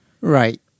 right